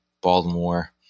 Baltimore